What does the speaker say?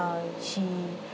uh she